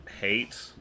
hate